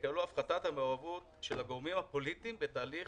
הפחתת מעורבות של הגורמים הפוליטיים בתהליך